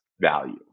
value